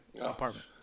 apartment